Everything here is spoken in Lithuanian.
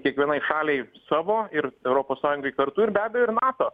kiekvienai šaliai savo ir europos sąjungai kartu ir be abejo ir nato